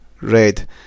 red